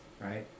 right